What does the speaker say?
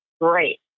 great